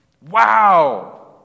Wow